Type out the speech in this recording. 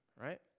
right